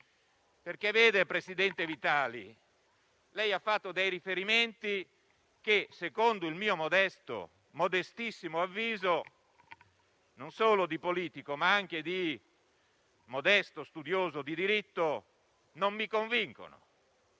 Infatti, il presidente Vitali ha fatto dei riferimenti che, secondo il mio modestissimo avviso non solo di politico ma anche di modesto studioso di diritto, non mi convincono,